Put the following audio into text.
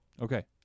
Okay